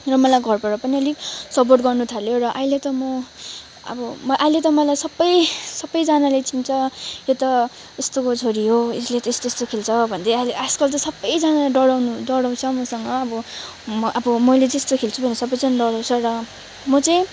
र मलाई घरबाट पनि अलिक सपोर्ट गर्नु थाल्यो र अहिले त म अब अहिले त मलाई सबै सबैजनाले चिन्छ त्यो त यस्तोको छोरी हो यसले त यस्तो यस्तो खेल्छ भन्दै अहिले आजकल त सबैजना डराउनु डराउँछ मसँग अब अब मैले चाहिँ यस्तो खेल्छु भनेर सबैजना डराउँछ र म चाहिँ